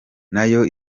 nayo